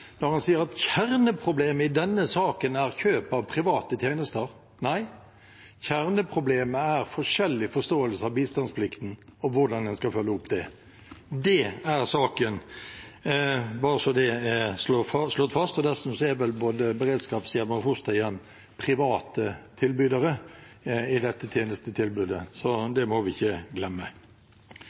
når han sier at kjerneproblemet i denne saken er kjøp av private tjenester. Nei, kjerneproblemet er forskjellig forståelse av bistandsplikten og hvordan en skal følge opp det. Det er saken, bare så det er slått fast. Dessuten er vel både beredskapshjem og fosterhjem private tilbydere i dette tjenestetilbudet – det må vi ikke glemme.